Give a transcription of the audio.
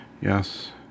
Yes